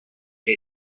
che